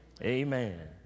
Amen